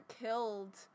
killed